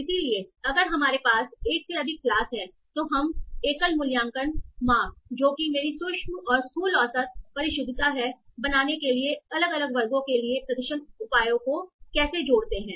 इसलिए अगर हमारे पास एक से अधिक क्लास हैं तो हम एकल मूल्यांकन माप जो कि मेरी सूक्ष्म और स्थूल औसत परिशुद्धता है बनाने के लिए अलग अलग वर्गों के लिए प्रदर्शन उपायों को कैसे जोड़ते हैं